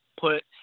put –